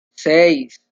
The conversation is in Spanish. seis